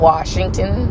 Washington